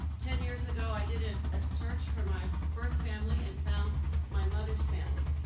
ten years ago, i did and a search for my birth family and found my mother's family.